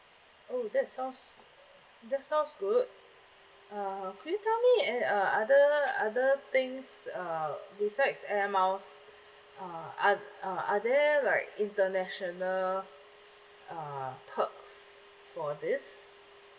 oh that sounds that sounds good uh could you tell me uh uh other other things uh besides air miles uh are uh are there like international uh perks for this